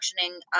functioning